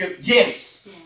Yes